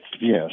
Yes